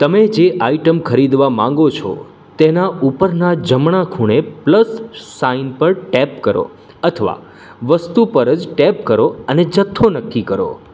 તમે જે આઇટમ ખરીદવા માગો છો તેના ઉપરના જમણા ખૂણે પ્લસ સાઇન પર ટેપ કરો અથવા વસ્તુ પર જ ટેપ કરો અને જથ્થો નક્કી કરો